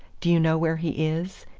do you know where he is?